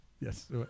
Yes